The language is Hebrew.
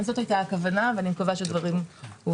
זאת היתה הכוונה, ואני מקווה שהדברים הובהרו.